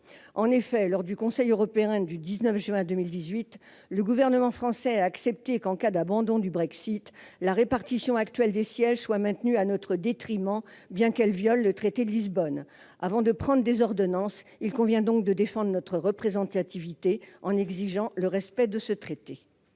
En effet, lors du Conseil européen du 19 juin 2018, le Gouvernement français a accepté qu'en cas d'abandon du Brexit, la répartition actuelle des sièges soit maintenue à notre détriment, bien qu'elle viole le traité de Lisbonne. Avant de prendre des ordonnances, il convient donc de défendre notre représentativité en exigeant le respect de ce traité.